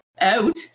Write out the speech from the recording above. out